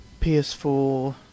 PS4